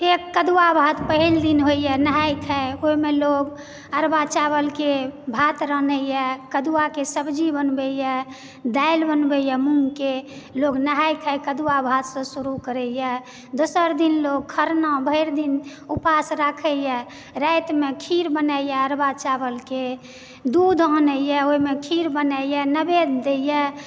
एक कदुआ भात पहिल दिन होइए नहाय खाय ओहिमे लोग अरवा चावलके भात रान्हए कदुआके सब्जी बनबयए दालि बनबयए मूँगके लोग नहाय खाय कदुआ भातसँ शुरू करयए दोसर दिन लोग खरना भरि दिन उपास राखयए रातिमे खीर बनयए अरवा चावलके दूध आनयए ओहिमे खीर बनयए नैवेद्य दयए